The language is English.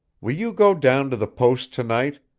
will you go down to the post to-night,